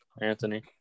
anthony